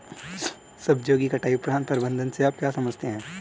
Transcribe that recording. सब्जियों की कटाई उपरांत प्रबंधन से आप क्या समझते हैं?